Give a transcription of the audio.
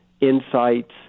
insights